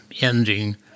ending